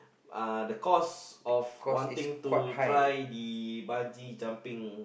uh the cost of wanting to try the bungee jumping